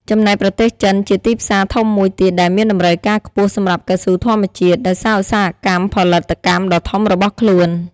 ចំណែកប្រទេសចិន ជាទីផ្សារធំមួយទៀតដែលមានតម្រូវការខ្ពស់សម្រាប់កៅស៊ូធម្មជាតិ ដោយសារឧស្សាហកម្មផលិតកម្មដ៏ធំរបស់ខ្លួន។